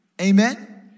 Amen